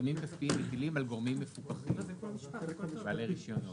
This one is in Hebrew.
עיצומים כספיים מטילים על גורמים מפוקחים בעלי רישיונות.